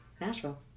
Nashville